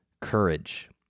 courage